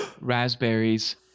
raspberries